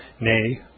nay